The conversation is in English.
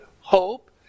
hope